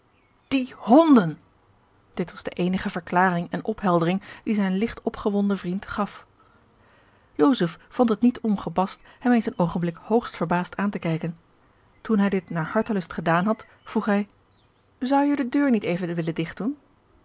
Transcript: die honden dit was de eenige verklaring en opheldering die zijn ligt opgewonden vriend gaf joseph vond het niet ongepast hem eens een oogenblik hoogst verbaasd aan te kijken toen hij dit naar hartelust gedaan had vroeg hij zou je de deur niet even willen digt doen